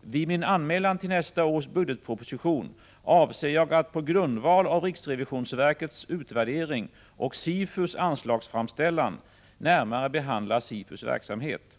Vid min anmälan till nästa års budgetproposition avser jag att på grundval av riksrevisionsverkets utvärdering och SIFU:s anslagsframställning närmare behandla SIFU:s verksamhet.